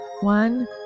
one